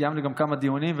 קיימנו גם כמה דיונים,